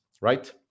right